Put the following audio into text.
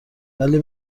ولی